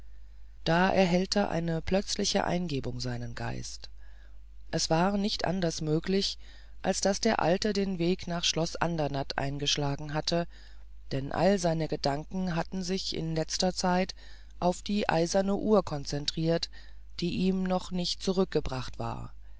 da erhellte eine plötzliche eingebung seinen geist es war nicht anders möglich als daß der alte den weg nach schloß andernatt eingeschlagen hatte denn all seine gedanken hatten sich in letzter zeit auf die eiserne uhr concentrirt die ihm noch nicht zurückgebracht war